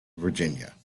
virginia